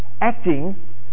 acting